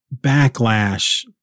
Backlash